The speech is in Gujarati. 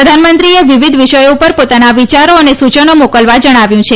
પ્રધાનમંત્રીએ વિવિધ વિષયો ઉપર પોતાના વિયારો અને સૂચનો મોકલવા જણાવ્યું છે